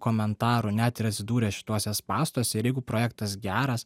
komentarų net ir atsidūręs šituose spąstuose ir jeigu projektas geras